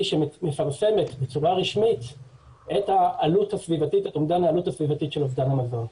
שמפרסמת בצורה רשמית את אומדן העלות הסביבתית של אובדן המזון.